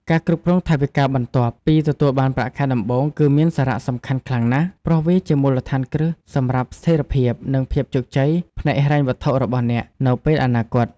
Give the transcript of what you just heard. ការគ្រប់គ្រងថវិកាបន្ទាប់ពីទទួលបានប្រាក់ខែដំបូងគឺមានសារៈសំខាន់ខ្លាំងណាស់ ព្រោះវាជាមូលដ្ឋានគ្រឹះសម្រាប់ស្ថិរភាព និងភាពជោគជ័យផ្នែកហិរញ្ញវត្ថុរបស់អ្នកនៅពេលអនាគត។